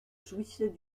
jouissait